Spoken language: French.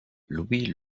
louis